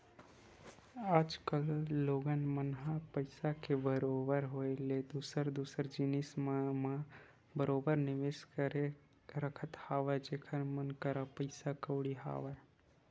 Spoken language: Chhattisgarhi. आज कल लोगन मन ह पइसा के बरोबर होय ले दूसर दूसर जिनिस मन म बरोबर निवेस करके रखत हवय जेखर मन करा पइसा कउड़ी हवय